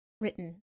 written